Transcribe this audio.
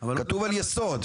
כתוב על יסוד.